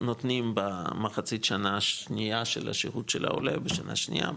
נותנים בחצי שנה השנייה של השהות של העולה בשנה שנייה,